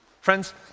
Friends